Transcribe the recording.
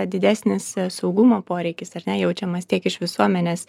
didesnis saugumo poreikis ar ne jaučiamas tiek iš visuomenės